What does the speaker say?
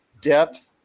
depth